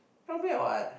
not bad what